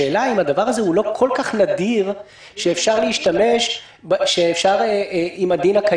השאלה אם הדבר הזה הוא לא כל כך נדיר שאפשר להשתמש בדין הקיים.